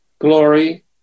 glory